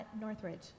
Northridge